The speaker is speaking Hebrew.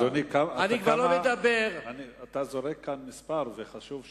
אדוני, אתה זורק כאן מספר וחשוב שנדע.